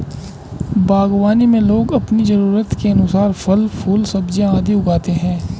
बागवानी में लोग अपनी जरूरत के अनुसार फल, फूल, सब्जियां आदि उगाते हैं